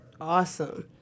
Awesome